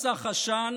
בשלטון.